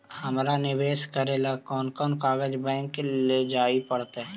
हमरा निवेश करे ल कोन कोन कागज बैक लेजाइ पड़तै?